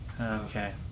Okay